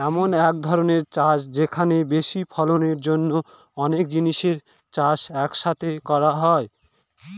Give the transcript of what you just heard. এমন এক ধরনের চাষ যেখানে বেশি ফলনের জন্য অনেক জিনিসের চাষ এক সাথে করা হয়